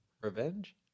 Revenge